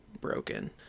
broken